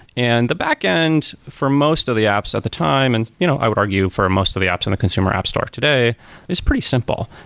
and the backend for most of the apps at the time and you know i would argue for most of the apps in and the consumer app store today is pretty simple.